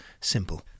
Simple